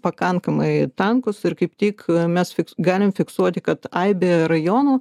pakankamai tankus ir kaip tik mes galim fiksuoti kad aibė rajonų